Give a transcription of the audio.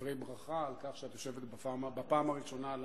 דברי ברכה על כך שאת יושבת בפעם הראשונה על